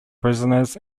prisoners